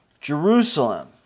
Jerusalem